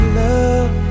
love